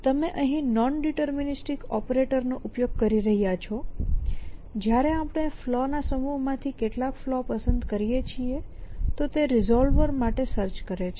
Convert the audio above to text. અને તમે અહીં નૉન ડિટરમિનિસ્ટિક ઓપરેટર નો ઉપયોગ કરી રહ્યા છો જયારે આપણે ફલૉના સમૂહમાંથી કેટલાક ફલૉ પસંદ કરીએ છીએ તો તે રિસોલ્વર માટે સર્ચ કરે છે